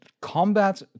combat